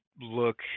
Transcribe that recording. Look